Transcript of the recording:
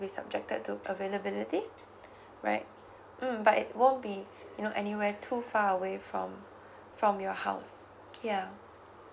will subjected to availability right mm but it won't be you know anywhere too far away from from your house ya